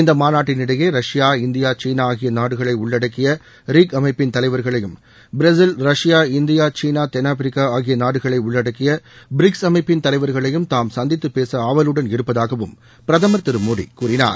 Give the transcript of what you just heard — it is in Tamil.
இந்த மாநாட்டின் இடையே ரஷ்யா இந்தியா சீனா ஆகிய நாடுகளை உள்ளடக்கிய ரிக் அமைப்பின் தலைவர்களையும் பிரேசில் ரஷ்யா இந்தியா சீனா தென்னாப்பிரிக்கா ஆகிய நாடுகளை உள்ளடக்கிய பிரிக்ஸ் அமைப்பின் தலைவர்களையும் தாம் சந்தித்து பேச ஆவலுடன் இருப்பதாகவும் பிரதமர் திரு மோடி கூறினார்